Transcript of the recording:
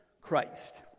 Christ